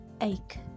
ache